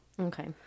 Okay